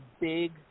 Big